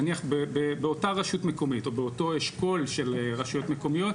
נניח באותה רשות מקומית או באותו אשכול של רשויות מקומיות,